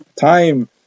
time